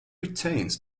retains